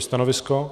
Stanovisko?